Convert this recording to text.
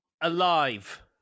Alive